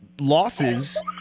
losses